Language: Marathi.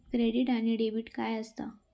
क्रेडिट आणि डेबिट काय असता?